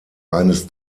eines